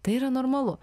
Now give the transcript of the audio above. tai yra normalu